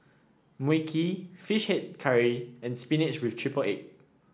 Mui Kee fish head curry and spinach with triple egg